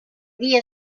via